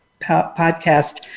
podcast